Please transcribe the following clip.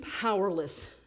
powerless